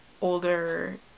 older